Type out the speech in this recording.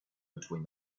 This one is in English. between